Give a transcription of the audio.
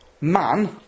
man